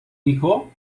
dijo